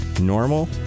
Normal